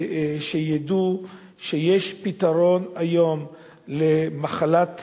שידעו שיש פתרון היום למחלת